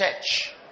church